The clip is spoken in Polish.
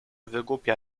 wygłupia